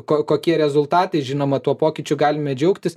ko kokie rezultatai žinoma tuo pokyčiu galime džiaugtis